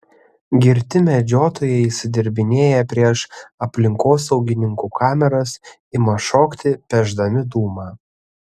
girti medžiotojai išsidirbinėja prieš aplinkosaugininkų kameras ima šokti pešdami dūmą